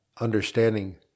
understanding